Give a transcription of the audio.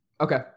Okay